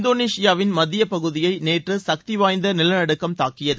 இந்தோனேஷியாவின் மத்திய பகுதியை நேற்று சக்திவாய்ந்த நிலநடுக்கம் தாக்கியது